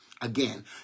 Again